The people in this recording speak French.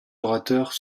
orateurs